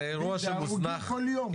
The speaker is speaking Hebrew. יש הרוגים כל יום.